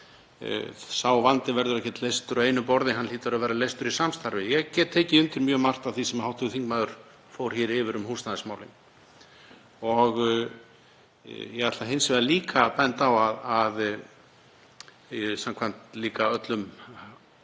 Sá vandi verður ekki leystur á einu borði. Hann hlýtur að verða leystur í samstarfi. Ég get tekið undir mjög margt af því sem hv. þingmaður fór yfir um húsnæðismálin. Ég ætla hins vegar að benda á að samkvæmt öllum